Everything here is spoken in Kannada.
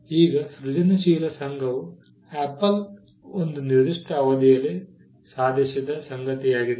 ಈಗ ಈ ಸೃಜನಶೀಲ ಸಂಘವು ಆಪಲ್ ಒಂದು ನಿರ್ದಿಷ್ಟ ಅವಧಿಯಲ್ಲಿ ಸಾಧಿಸಿದ ಸಂಗತಿಯಾಗಿದೆ